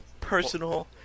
personal